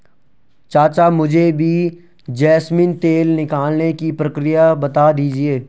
चाचा मुझे भी जैस्मिन तेल निकालने की प्रक्रिया बता दीजिए